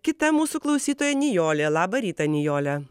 kita mūsų klausytoja nijolė labą rytą nijole